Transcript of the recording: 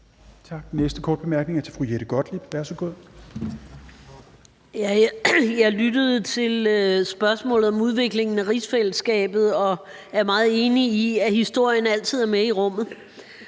Jeg lyttede til spørgsmålet om udviklingen af rigsfællesskabet og er meget enig i, at historien altid er med i rummet,